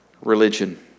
religion